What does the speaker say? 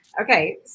okay